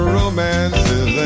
romances